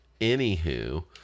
Anywho